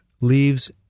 leaves